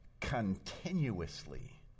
continuously